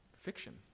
fiction